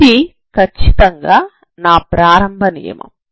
ఇది ఖచ్చితంగా నా ప్రారంభ నియమం